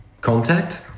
contact